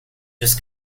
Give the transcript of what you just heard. just